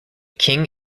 king